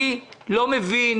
אני לא מבין